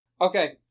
Okay